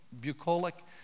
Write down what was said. bucolic